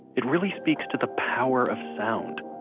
it really speaks to the power of sound.